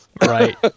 Right